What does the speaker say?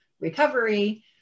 recovery